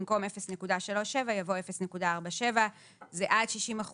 במקום "0.37" יבוא "0.47"; זה עד 60%